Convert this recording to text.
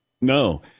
no